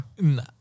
No